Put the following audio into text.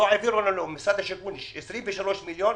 מ-201 מיליון לא העבירו לנו ממשרד השיכון 23 מיליון,